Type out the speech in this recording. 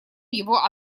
его